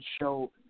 show